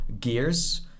gears